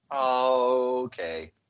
okay